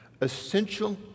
Essential